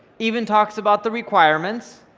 even talks about the requirements,